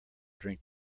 drink